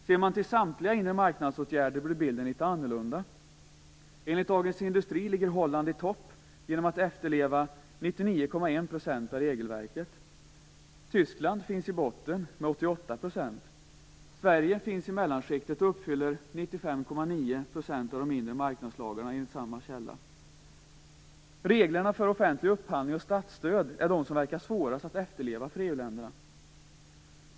Ser man till samtliga inre marknadsåtgärder blir bilden litet annorlunda. Enligt Dagens Industri ligger Holland i topp genom att efterleva 99,1 % av regelverket. Tyskland finns i botten med 88 %. Sverige finns i mellanskiktet och uppfyller 95,9 % av de inre marknadslagarna enligt samma källa. Reglerna för offentlig upphandling och statsstöd är de som verkar svårast att efterleva för EU-länderna.